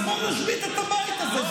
בואו נשבית את הבית הזה.